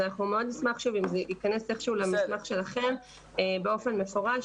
אז מאוד נשמח אם זה ייכנס איכשהו למסמך שלכם באופן מפורש,